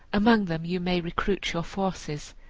among them you may recruit your forces.